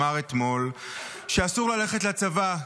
אמר אתמול שאסור ללכת לצבא,